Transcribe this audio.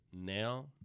now